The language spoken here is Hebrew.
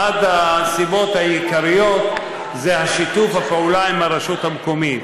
אחת הסיבות העיקריות היא שיתוף הפעולה עם הרשות המקומית.